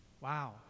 Wow